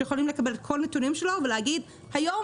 שיכולים לקבל את כל הנתונים שלו ולהגיד: היום